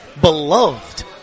beloved